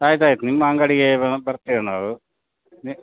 ಆಯ್ತು ಆಯ್ತು ನಿಮ್ಮ ಅಂಗಡಿಗೆ ಬರ್ತೇವೆ ನಾವು ನಿ